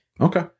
Okay